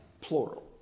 plural